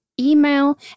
email